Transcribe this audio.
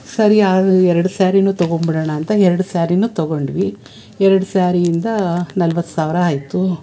ಸರಿ ಆಗಲಿ ಎರ್ಡು ಸ್ಯಾರಿಯೂ ತೊಗೊಂಡ್ಬಿಡೋಣ ಅಂತ ಎರ್ಡು ಸ್ಯಾರಿಯೂ ತೊಗೊಂಡ್ವಿ ಎರ್ಡು ಸ್ಯಾರಿಯಿಂದ ನಲ್ವತ್ತು ಸಾವಿರ ಆಯ್ತು